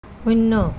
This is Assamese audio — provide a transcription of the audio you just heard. শূন্য